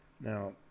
Now